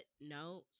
No